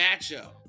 matchup